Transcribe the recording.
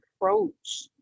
approach